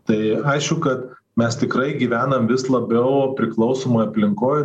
tai aišku kad mes tikrai gyvenam vis labiau priklausomoj aplinkoj